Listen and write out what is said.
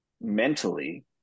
mentally